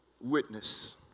witness